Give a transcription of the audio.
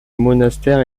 monastère